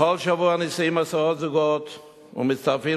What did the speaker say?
בכל שבוע נישאים עשרות זוגות ומצטרפים